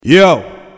yo